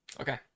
Okay